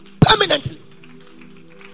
Permanently